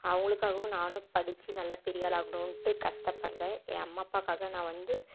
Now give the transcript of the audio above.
அவங்களுக்காகவும் நானும் படித்து நல்ல பெரிய ஆளாகணுன்ட்டு கஷ்ட்டப்படுறேன் என் அம்மா அப்பாக்காக நான் வந்து